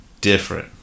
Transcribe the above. different